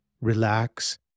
relax